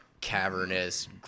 cavernous